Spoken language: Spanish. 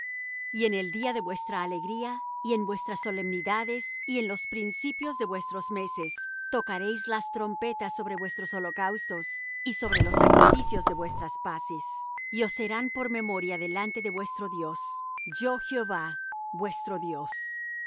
y en el día de vuestra alegría y en vuestras solemnidades y en los principios de vuestros meses tocaréis las trompetas sobre vuestros holocaustos y sobre los sacrificios de vuestras paces y os serán por memoria delante de vuestro dios yo jehová vuestro dios